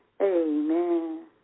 Amen